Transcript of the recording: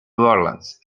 orleans